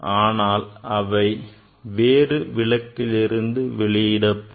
ஆனால் அவை வேறு விளக்கிலிருந்து வெளியிடப்படும்